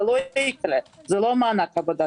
זה לא מענק עבודה.